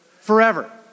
Forever